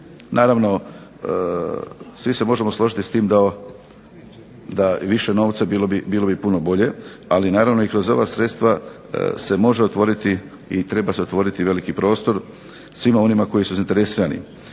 Naravno, svi se možemo složiti s tim da je više novca bilo bi puno bolje, ali naravno i kroz ova sredstva se može otvoriti i treba se otvoriti veliki prostor svima onima koji su zainteresirani.